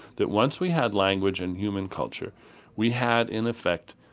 that once we had language in human culture we had, in effect,